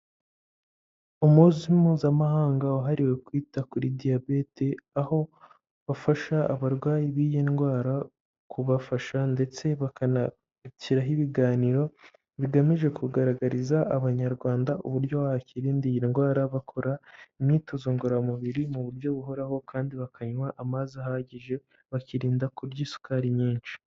Umunsi mpuzamahanga wahariwe kwita kuri diyabete aho bafasha abarwayi b'iyi ndwara kubafasha ndetse bakanashyiraho ibiganiro bigamije kugaragariza abanyarwanda uburyo bakirinda iyi ndwara bakora imyitozo ngororamubiri mu buryo buhoraho kandi bakanywa amazi ahagije bakirinda kurya isukari nyinshi.